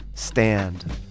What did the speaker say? Stand